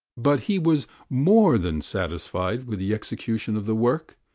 but he was more than satisfied with the execution of the work,